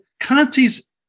Kanzi's